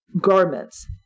garments